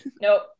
Nope